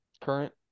Current